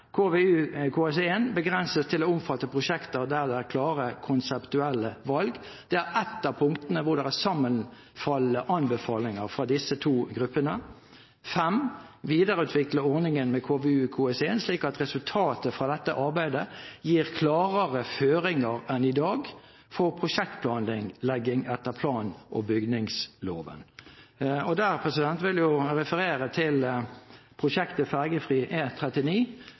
begrenses til å omfatte prosjekter der det er klare konseptuelle valg, der ett av punktene har sammenfallende anbefalinger fra disse to gruppene å videreutvikle ordningen med KVU/KS1, slik at resultatet fra dette arbeidet gir klarere føringer enn i dag, før prosjektplanleggingen etter plan- og bygningsloven starter. Der vil jeg referere til prosjektet